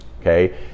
okay